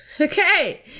Okay